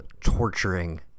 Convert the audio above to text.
torturing